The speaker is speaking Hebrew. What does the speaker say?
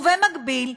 ובמקביל,